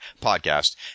podcast